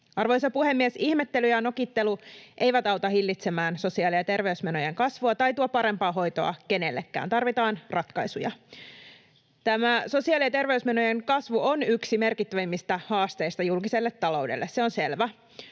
Arvoisa puhemies! Ihmettely ja nokittelu eivät auta hillitsemään sosiaali- ja terveysmenojen kasvua tai tuo parempaa hoitoa kenellekään, tarvitaan ratkaisuja. Tämä sosiaali- ja terveysmenojen kasvu on yksi merkittävimmistä haasteista julkiselle taloudelle, se on selvä.